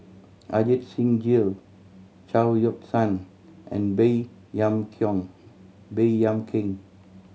Ajit Singh Gill Chao Yoke San and Baey Yam kong Baey Yam Keng